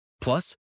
Plus